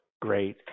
great